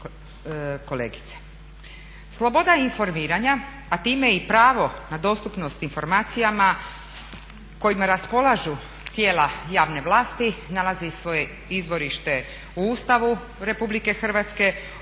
Sloboda informiranja, a time i pravo na dostupnost informacijama kojima raspolažu tijela javne vlasti nalaze i svoje izvorište u Ustavu Republike Hrvatske,